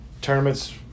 Tournament's